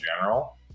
general